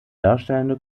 darstellende